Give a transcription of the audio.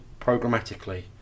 programmatically